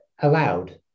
allowed